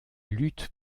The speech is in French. lutte